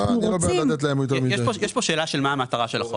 אנחנו רוצים --- יש כאל שאלה של מה המטרה של החוק.